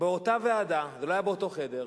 באותה ועדה, זה לא היה באותו חדר,